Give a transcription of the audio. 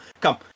come